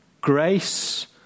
Grace